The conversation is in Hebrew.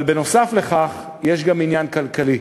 אבל נוסף על כך יש גם עניין כלכלי.